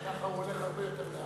ככה הוא הולך הרבה יותר לאט.